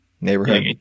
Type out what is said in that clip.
Neighborhood